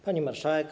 Pani Marszałek!